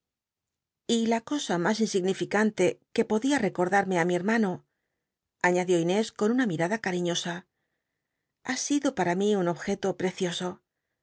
y la cosa mas insignillcanlc qu e lloclia recordarme í mi hermano aiiadio inés con una mi t ula cariñosa ha sido para mi un objeto precioso